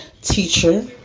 teacher